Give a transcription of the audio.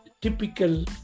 typical